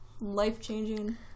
life-changing